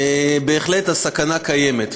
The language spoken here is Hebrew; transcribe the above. בהחלט הסכנה קיימת.